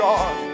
God